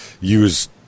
use